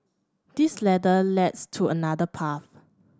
this ladder leads to another path